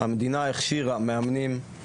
על ההכנות האולימפיות